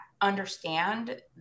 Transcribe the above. understand